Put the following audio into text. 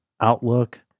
outlook